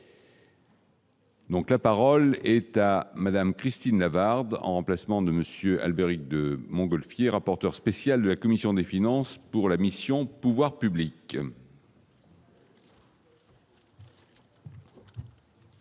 la parole est à madame Christine Lavarde en remplacement de Monsieur Albéric de Montgolfier, rapporteur spécial de la commission des finances pour la mission, pouvoirs publics.